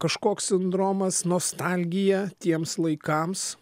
kažkoks sindromas nostalgija tiems laikams